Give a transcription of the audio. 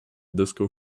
disco